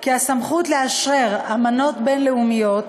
כי הסמכות לאשרר אמנות בין-לאומיות